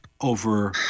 over